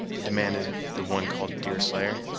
demanded the one called deerslayer,